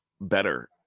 better